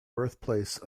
birthplace